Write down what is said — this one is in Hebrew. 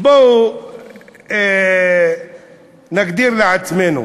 בואו נגדיר לעצמנו